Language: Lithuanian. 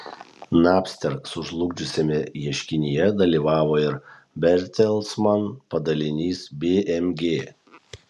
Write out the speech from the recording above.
napster sužlugdžiusiame ieškinyje dalyvavo ir bertelsman padalinys bmg